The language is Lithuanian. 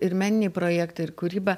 ir meniniai projektai ir kūryba